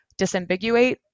disambiguate